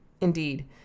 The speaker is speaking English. Indeed